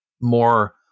more